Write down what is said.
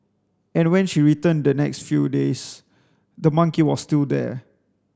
and when she returned the next few days the monkey was still there